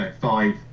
five